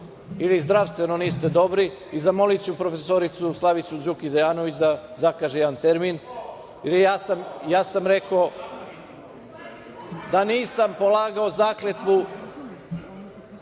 ili zdravstveno niste dobri i zamoliću profesoricu Slavicu Đukić Dejanović da vam zakaže jedan termin. Ja sam rekao da nisam polagao zakletvu